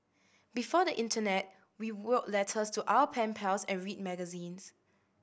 before the internet we wrote letters to our pen pals and read magazines